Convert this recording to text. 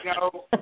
no